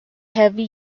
heavy